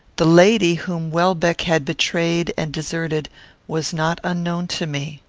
the lady whom welbeck had betrayed and deserted was not unknown to me.